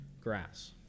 grass